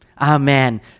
amen